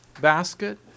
basket